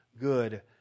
good